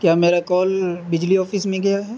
کیا میرا کال بجلی آفس میں گیا ہے